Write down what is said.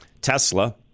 tesla